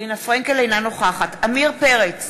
אינה נוכחת עמיר פרץ,